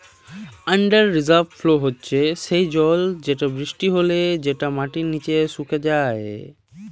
under river flow হচ্যে সেই জল যেটা বৃষ্টি হলে যেটা মাটির নিচে সুকে যায়